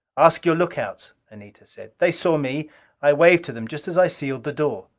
ask your lookouts, anita said. they saw me i waved to them just as i sealed the door.